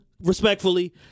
respectfully